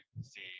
see